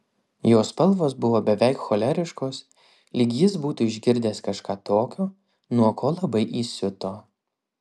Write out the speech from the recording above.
jo spalvos buvo beveik choleriškos lyg jis būtų išgirdęs kažką tokio nuo ko labai įsiuto